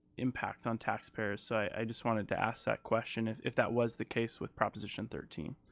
impact on taxpayers. so i just wanted to ask that question, if if that was the case with proposition thirteen?